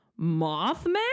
Mothman